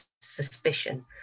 suspicion